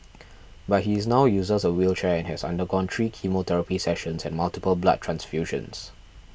but he is now uses a wheelchair and has undergone three chemotherapy sessions and multiple blood transfusions